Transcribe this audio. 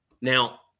now